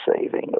saving